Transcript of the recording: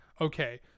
Okay